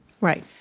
Right